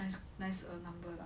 nice nice err number lah